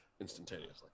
instantaneously